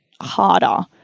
harder